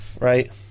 Right